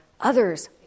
others